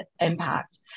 impact